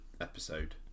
episode